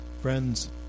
Friends